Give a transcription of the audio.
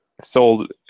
sold